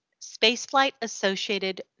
Spaceflight-Associated